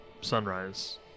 sunrise